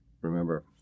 remember